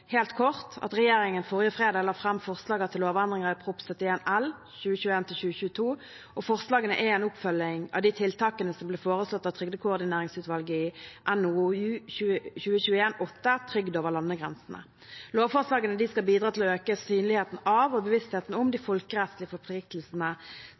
helt kort – at regjeringen forrige fredag la fram forslag til lovendringer i Prop. 71 L for 2021–2022. Forslagene er en oppfølging av de tiltakene som ble foreslått av Trygdekoordineringsutvalget i NOU 2021: 8 Trygd over landegrensene. Lovforslagene skal bidra til å øke synligheten av og bevisstheten om de